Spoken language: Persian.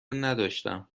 نداشتم